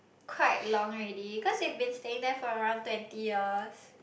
quite long already cause we have been staying there for around twenty years